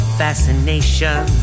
fascination